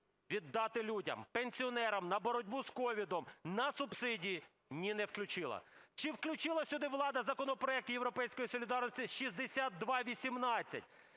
віддати людям, пенсіонерам, на боротьбу з COVID, на субсидії? Ні, не включила. Чи включила сюди влада законопроект "Європейської солідарності" 6218,